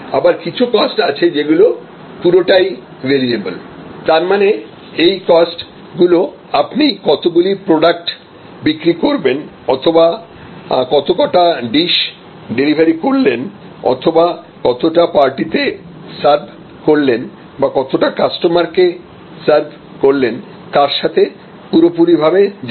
আবার কিছু কস্ট আছে যেগুলো পুরোটাই ভেরিয়েবল তার মানে এই কস্ট গুলো আপনি কতগুলি প্রোডাক্ট বিক্রি করলেন অথবা কত কটা ডিস ডেলিভারি করলেন অথবা কতটা পার্টিতে সার্ভ করলেন বা কতটা কাস্টমারকে সার্ভ করলেন তার সাথে পুরোপুরিভাবে জড়িত